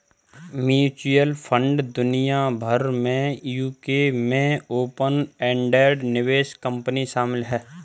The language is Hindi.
म्यूचुअल फंड दुनिया भर में यूके में ओपन एंडेड निवेश कंपनी शामिल हैं